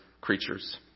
creatures